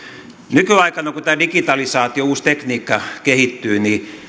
nykyaikana kun tämä digitalisaatio uusi tekniikka kehittyy